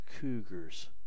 Cougars